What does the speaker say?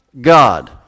god